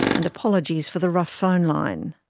and apologies for the rough phone line.